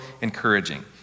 encouraging